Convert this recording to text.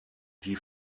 die